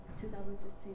2016